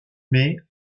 mai